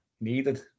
needed